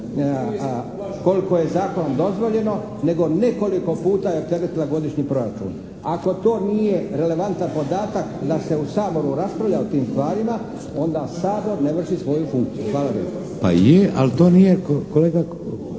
Pa je, ali to nije kolega